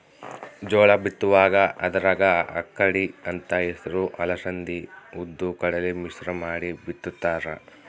ಜೋಳ ಬಿತ್ತುವಾಗ ಅದರಾಗ ಅಕ್ಕಡಿ ಅಂತ ಹೆಸರು ಅಲಸಂದಿ ಉದ್ದು ಕಡಲೆ ಮಿಶ್ರ ಮಾಡಿ ಬಿತ್ತುತ್ತಾರ